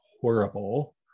horrible